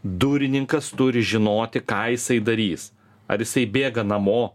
durininkas turi žinoti ką jisai darys ar jisai bėga namo